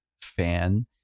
fan